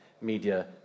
media